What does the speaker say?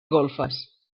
golfes